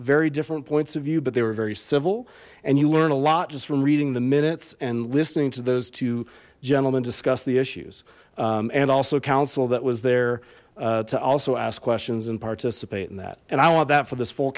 very different points of view but they were very civil and you learn a lot just from reading the minutes and listening to those two gentlemen discuss the issues and also council that was there to also ask questions and participate in that and i want that for this f